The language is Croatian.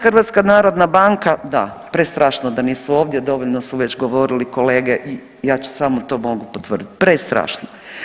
HNB, da prestrašno da nisu ovdje, dovoljno su već govorili kolege i ja ću samo to mogu potvrdit, prestrašno.